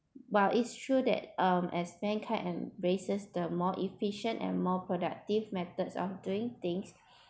while it's true that um as mankind and embraces the more efficient and more productive methods of doing things